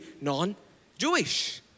non-Jewish